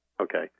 Okay